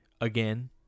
again